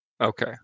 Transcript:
Okay